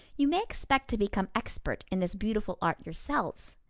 you may expect to become expert in this beautiful art yourselves.